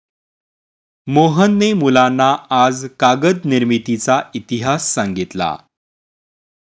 मोहनने मुलांना आज कागद निर्मितीचा इतिहास सांगितला